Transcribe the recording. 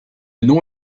nom